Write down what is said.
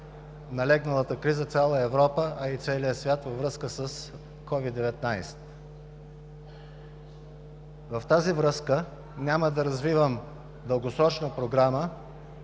налегналата криза цяла Европа, а и целия свят във връзка с COVID-19. В тази връзка няма да развивам дългосрочна програма,